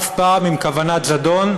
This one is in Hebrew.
אף פעם עם כוונת זדון,